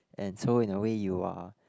and so in a way you are